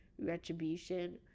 retribution